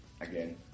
again